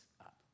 up